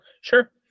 sure